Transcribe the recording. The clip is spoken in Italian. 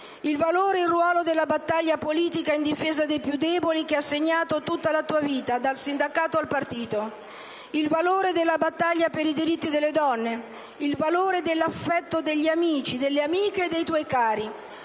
il valore e il ruolo della battaglia politica in difesa dei più deboli che ha segnato tutta la tua vita dal sindacato al Partito, il valore della battaglia per i diritti delle donne, il valore dell'affetto degli amici, delle amiche, dei tuoi cari.